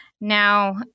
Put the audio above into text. Now